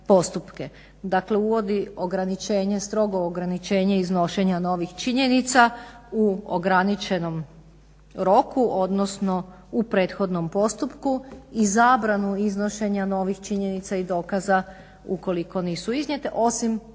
Dakle uvodi strogo ograničenje iznošenja novih činjenica u ograničenom roku, odnosno u prethodnom postupku i zabranu iznošenja novih činjenica i dokaza ukoliko nisu iznijete, osim naravno